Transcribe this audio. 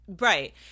Right